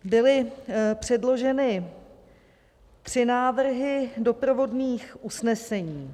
Byly předloženy tři návrhy doprovodných usnesení.